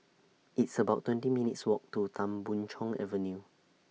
It's about twenty minutes' Walk to Tan Boon Chong Avenue